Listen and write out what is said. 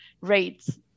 rates